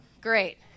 Great